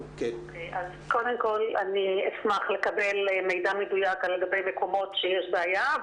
קודם כול אשמח לקבל מידע מדויק לגבי מקומות שיש בעיה.